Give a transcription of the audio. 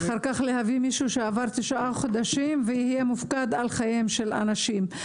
ואחר כך מביאים מישהו שלמד תשעה חודשים שיהיה מופקד על חייהם של אנשים.